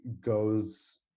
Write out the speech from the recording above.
goes